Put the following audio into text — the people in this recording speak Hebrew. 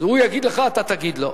הוא יגיד לך, אתה תגיד לו.